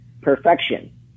perfection